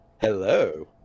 Hello